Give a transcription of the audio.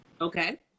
Okay